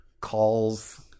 Call's